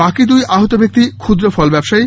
বাকি দুই আহত ব্যক্তি ক্ষুদ্র ফল ব্যবসায়ী